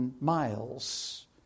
miles